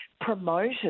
promoted